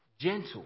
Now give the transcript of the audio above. gentle